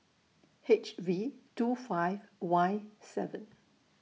H V two five Y seven